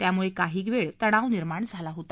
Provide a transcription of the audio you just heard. त्यामुळे काही वेळ तणाव निर्माण झाला होता